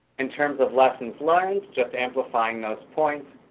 in terms of lessons learned, just amplifying those points,